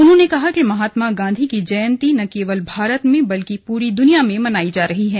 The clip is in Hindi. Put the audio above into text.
उन्होंने कहा कि महात्मा गांधी की जयंती न केवल भारत में बल्कि पूरी दुनिया में मनायी जा रही हैं